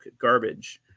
garbage